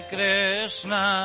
Krishna